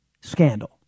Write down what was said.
scandal